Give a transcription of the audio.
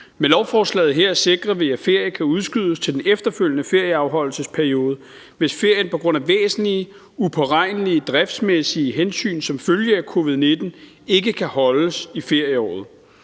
Med lovforslaget her sikrer vi, at ferie kan udskydes til den efterfølgende ferieafholdelsesperiode, hvis ferien på grund af væsentlige, upåregnelige driftsmæssige hensyn som følge af covid-19 ikke kan holdes i ferieåret.